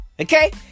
Okay